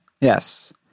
Yes